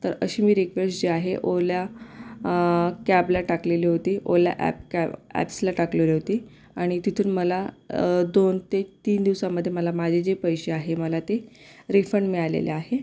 तर अशी मी रिक्वेस्ट जी आहे ओला कॅबला टाकलेली होती ओला ॲप कॅब ॲप्सला टाकलेली होती आणि तिथून मला दोन ते तीन दिवसामध्ये मला माझे जे पैसे आहेत मला ते रिफंड मिळालेले आहे